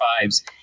Fives